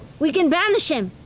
we can banish him!